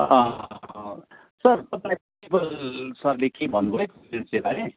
sir तपाईँलाई principal सरले केही भन्नुभयो चिल्ड्रेन्स डे बारे